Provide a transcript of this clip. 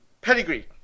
Pedigree